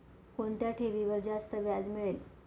कोणत्या ठेवीवर जास्त व्याज मिळेल?